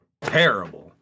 terrible